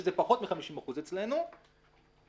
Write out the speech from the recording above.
שזה פחות מ-50% אצלנו,